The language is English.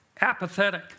apathetic